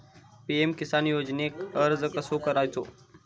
PM Kisan योजनेक अर्ज कसो करायचो?